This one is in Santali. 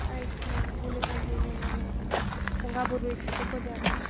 ᱟᱪᱪᱷᱟ ᱦᱩᱭ ᱦᱩᱭᱞᱮᱱ ᱛᱟᱞᱟᱨᱮ ᱵᱚᱸᱜᱟ ᱵᱩᱨᱩᱭ ᱛᱮᱠᱚ ᱡᱟᱣᱨᱟᱜᱼᱟ